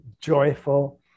joyful